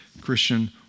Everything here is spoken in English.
Christian